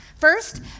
First